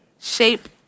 shape